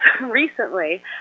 recently